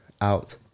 out